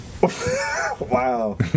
Wow